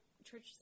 Church